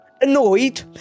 Annoyed